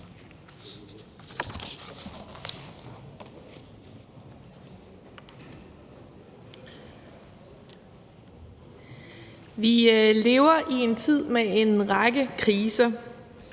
Vi lever i en tid med en række kriser.